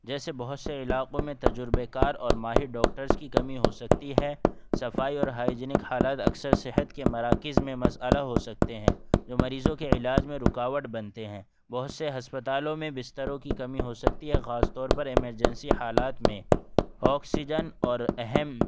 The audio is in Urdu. جیسے بہت سے علاقوں میں تجربے کار اور ماہر ڈاکٹرز کی کمی ہو سکتی ہے صفائی اور ہائجنک حالات اکثر صحت کے مراکز میں مسئلہ ہو سکتے ہیں جو مریضوں کے علاج میں رکاوٹ بنتے ہیں بہت سے ہسپتالوں میں بستروں کی کمی ہو سکتی ہے خاص طور پر ایمرجنسی حالات میں آکسیجن اور اہم